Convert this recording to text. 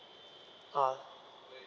ah